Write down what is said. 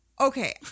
Okay